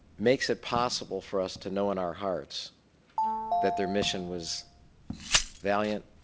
makes it possible for us to know in our hearts that their mission was valiant,